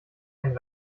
einen